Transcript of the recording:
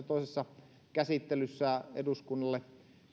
toisessa käsittelyssä eduskunnalle